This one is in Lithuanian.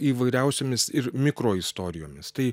įvairiausiomis ir mikroistorijomis tai